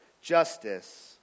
justice